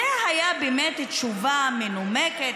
זו הייתה באמת תשובה מנומקת,